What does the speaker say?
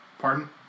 Pardon